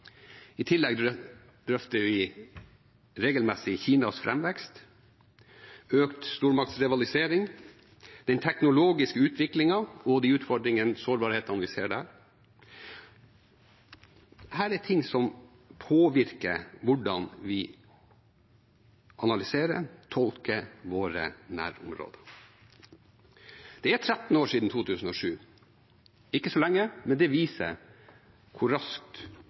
I tillegg drøfter vi regelmessig Kinas fremvekst, økt stormaktsrivalisering, den teknologiske utviklingen – utfordringene og sårbarheten vi ser der. Dette er ting som påvirker hvordan vi analyserer og tolker våre nærområder. Det er 13 år siden 2007 – ikke så lenge, men det viser hvor raskt